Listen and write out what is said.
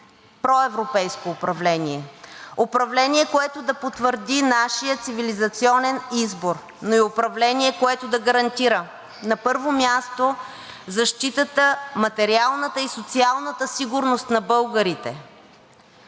проевропейско управление. Управление, което да потвърди нашия цивилизационен избор, но и управление, което да гарантира, на първо място, защитата – материалната и социалната сигурност, на българите.